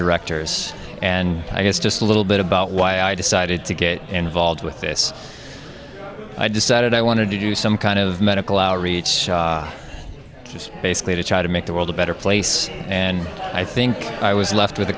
directors and i guess just a little bit about why i decided to get involved with this i decided i wanted to do some kind of medical outreach is basically to try to make the world a better place and i think i was left with a